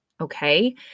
Okay